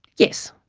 yes.